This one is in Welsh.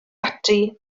ati